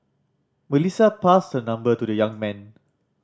Melissa passed her number to the young man